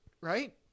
Right